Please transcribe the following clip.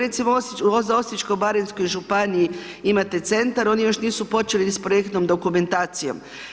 Recimo u Osječko-baranjskoj županiji imate centar, oni još nisu počeli ni sa projektnom dokumentacijom.